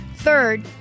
Third